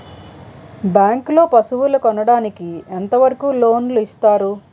Bank లో పశువుల కొనడానికి ఎంత వరకు లోన్ లు ఇస్తారు?